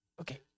Okay